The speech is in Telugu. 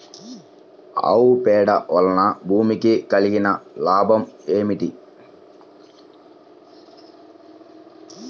ఆవు పేడ వలన భూమికి కలిగిన లాభం ఏమిటి?